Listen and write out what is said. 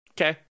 Okay